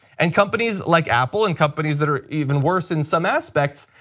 and companies like apple and companies that are even worse in some aspects,